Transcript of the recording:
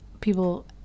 people